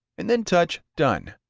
and then touch done.